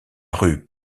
rue